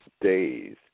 days